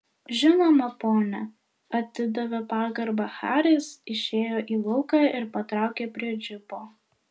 žinoma pone atidavė pagarbą haris išėjo į lauką ir patraukė prie džipo